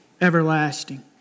everlasting